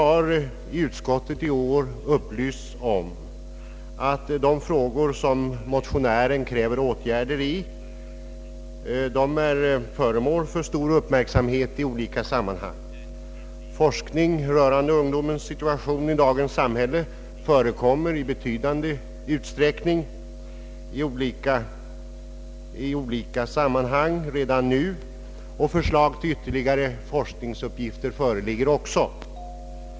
Utskottet har upplysts om att de frågor som motionären kräver åtgärder i är föremål för stor uppmärksamhet i olika sammanhang. Forskning rörande ungdomens situation i dagens samhälle förekommer i betydande utsträckning redan nu, och förslag till ytterligare forskningsuppgifter föreligger också.